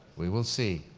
we will see.